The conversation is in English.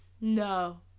No